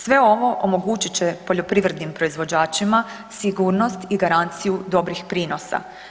Sve ovo, omogućit će poljoprivrednim proizvođačima sigurnost i garanciju dobrih prinosa.